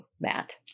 Matt